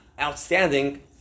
outstanding